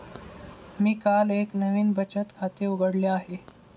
मी काल एक नवीन बचत खाते उघडले आहे